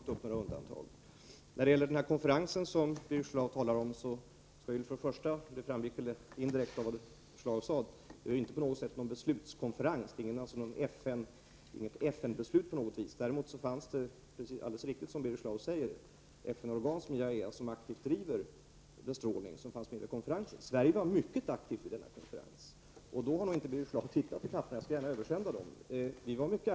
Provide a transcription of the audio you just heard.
Herr talman! I den proposition som regeringen skall lägga fram för riksdagen har vi inte gjort några undantag. Den konferens som Birger Schlaug talar om var inte — och det framgick väl indirekt av vad Birger Schlaug sade — på något sätt en beslutskonferens. Det är alltså inte fråga om något FN-beslut. Däremot fanns som deltagare vid konferensen, som Birger Schlaug alldeles riktigt sade, FN-organ som IAEA, som aktivt förordar bestrålning. Sverige var mycket aktivt vid denna konferens. Det verkar som om Birger Schlaug inte har tittat i papperen, och jag skall gärna översända dem.